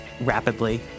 rapidly